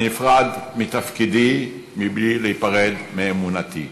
אני נפרד מתפקידי בלי להיפרד מאמונתי.